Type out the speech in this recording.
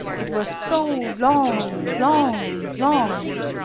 it was so long long long!